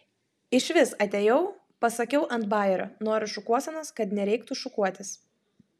išvis atėjau pasakiau ant bajerio noriu šukuosenos kad nereiktų šukuotis